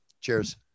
Cheers